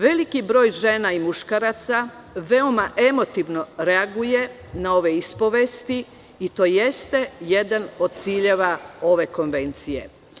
Veliki broj žena i muškaraca veoma emotivno reaguje na ove ispovesti i to jeste jedan od ciljeva ove konvencije.